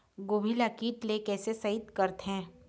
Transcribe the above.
गोभी ल कीट ले कैसे सइत करथे?